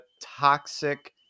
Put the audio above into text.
toxic